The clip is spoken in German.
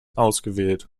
ausgewählt